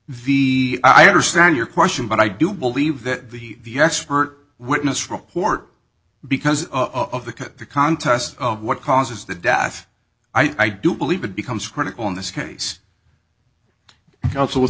the v i understand your question but i do believe that the expert witness report because of that the contest of what causes the death i do believe it becomes critical in this case also with